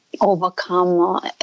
overcome